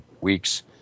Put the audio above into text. week's